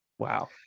wow